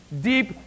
deep